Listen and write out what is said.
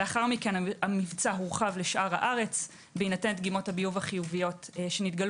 לאחר מכן המבצע הורחב לשאר הארץ בהינתן דגימות הביוב החיוביות שנתגלו